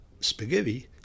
spaghetti